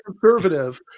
conservative